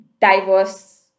diverse